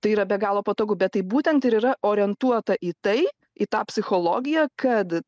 tai yra be galo patogu bet tai būtent ir yra orientuota į tai į tą psichologiją kad